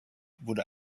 wurde